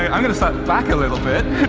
ah i'm going to step back a little bit.